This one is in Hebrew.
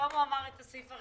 תבדוק את העניין.